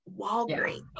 Walgreens